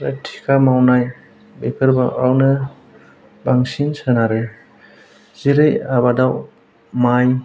थिखा मावनाय बेफोरावनो बांसिन सोनारो जेरै आबादाव माइ